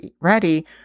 ready